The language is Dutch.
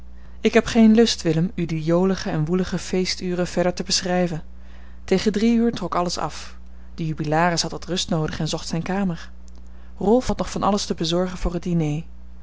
ik heb geen lust willem u die jolige en woelige feesture verder te beschrijven tegen drie uur trok alles af de jubilaris had wat rust noodig en zocht zijne kamer rolf had nog van alles te bezorgen voor het diner